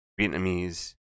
Vietnamese